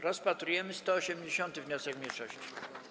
Rozpatrujemy 180. wniosek mniejszości.